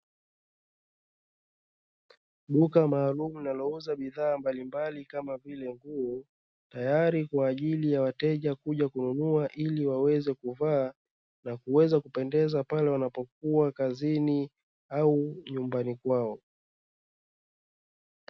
Duka maalumu linalouza bidhaa mbalimbali kama vile nguo, tayari kwa ajili ya wateja kuja kununua, ili waweze kuvaa na kuweza kupendeza pale wanapokuwa kazini au nyumbani kwao.